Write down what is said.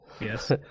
Yes